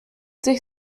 sich